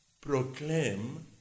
proclaim